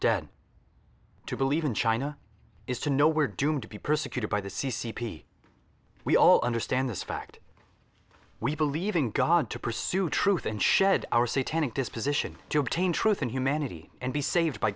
dead to believe in china is to know we're doomed to be persecuted by the c c p we all understand this fact we believe in god to pursue truth and shed our satanic disposition to obtain truth and humanity and be saved by